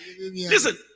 listen